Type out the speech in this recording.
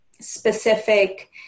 specific